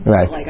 Right